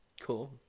Cool